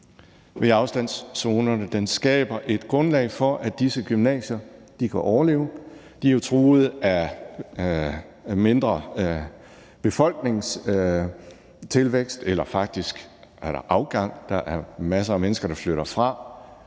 med afstandszonerne. Den skaber et grundlag for, at disse gymnasier kan overleve. De er jo truet af mindre befolkningstilvækst, eller faktisk er der afgang; der er masser af mennesker, der flytter væk.